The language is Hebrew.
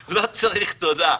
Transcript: תודה.